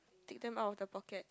take them out of the pockets